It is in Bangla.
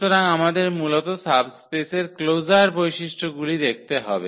সুতরাং আমাদের মূলত সাবস্পেসের ক্লোজার বৈশিষ্ট্যগুলি দেখতে হবে